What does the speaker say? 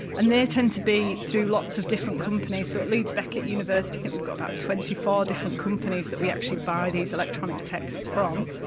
and they tend to be through lots of different companies. so, at leeds beckett university, i think we've got about twenty four different companies that we actually buy these electronic texts from.